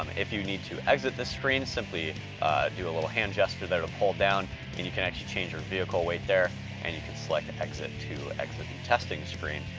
um if you need to exit the screen, simply do a little hand gesture there to pull down, and you can actually change your vehicle weight there and you can select and exit to exit the testing screen,